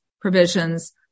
provisions